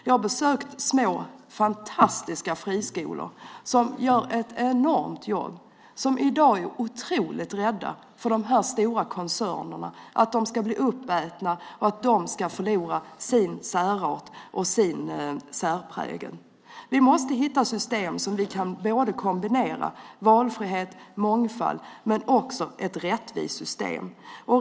Jag har besökt små, fantastiska friskolor som gör ett enormt jobb. De är i dag otroligt rädda för de stora koncernerna, att de ska bli uppätna och förlora sin särart och sin särprägel. Vi måste hitta system där vi kan kombinera valfrihet och mångfald. Men det måste också vara ett rättvist system.